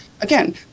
again